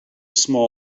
small